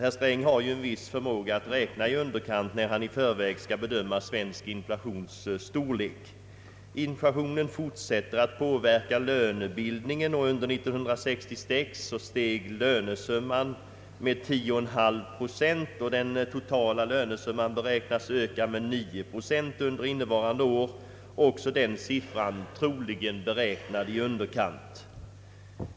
Herr Sträng har ju en viss förmåga att räkna i underkant när han i förväg skall bedöma svensk inflations storlek. Inflationen fortsätter att påverka löneglidningen; under 1966 steg lönesumman med 10,5 procent, och den totala lönesumman beräknas öka med 9 procent under innevarande år, också den siffran troligen beräknad i underkant.